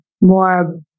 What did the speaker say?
more